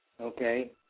Okay